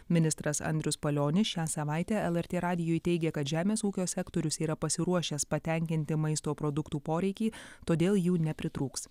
ministras andrius palionis šią savaitę lrt radijui teigė kad žemės ūkio sektorius yra pasiruošęs patenkinti maisto produktų poreikį todėl jų nepritrūks